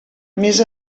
més